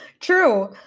True